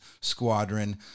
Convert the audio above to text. Squadron